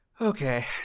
okay